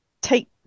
take